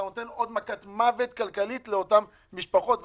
אתה נותן מכת מוות כלכלית לאותן משפחות.